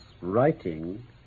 writing